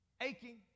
aching